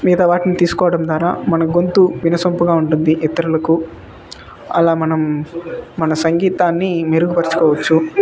మిగతా వాటిని తీసుకోవడం ద్వారా మన గొంతు వినసొంపుగా ఉంటుంది ఇతరులకు అలా మనం మన సంగీతాన్ని మెరుగుపరుచుకోవచ్చు